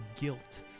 guilt